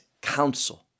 counsel